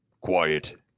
Quiet